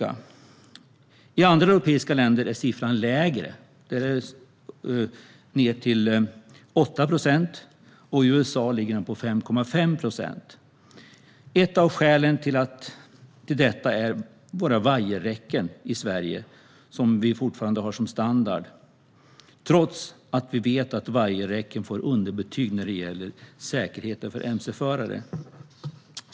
I andra europeiska länder är siffran lägre, ned till 8 procent, och i USA är den 5,5 procent. Ett av skälen till detta är våra vajerräcken, som vi fortfarande har som standard i Sverige trots att vi vet att vajerräcken får underbetyg när det gäller säkerheten för mc-förare.